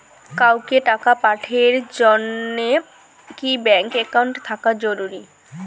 কাউকে টাকা পাঠের জন্যে কি ব্যাংক একাউন্ট থাকা জরুরি?